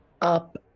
up